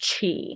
chi